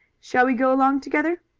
shall we go along together?